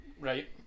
Right